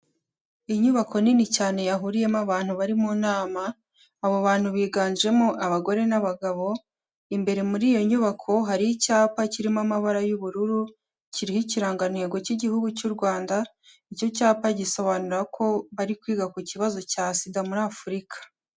Inyubako nini cyane yahuriyemo abantu bari mu nama, abo bantu biganjemo abagore n'abagabo, imbere muri iyo nyubako hari icyapa kirimo amabara y'ubururu, kiriho ikirangantego cy'Igihugu cy'u Rwanda, icyo cyapa gisobanura ko bari kwiga ku kibazo cya SIDA muri Afurika.